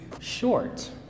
short